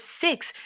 six